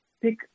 pick